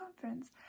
Conference